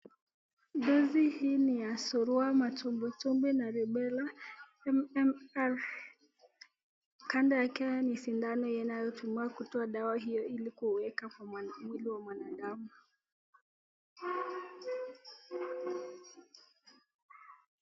Dozi hii ni ya surua, matumbwitumbwi na rubela, MMR. Kando yake ni sindano inayotumiwa kutoa dawa hio ili kuiweka kwa mwili wa mwanadamu.